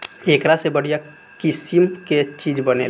एकरा से बढ़िया किसिम के चीज बनेला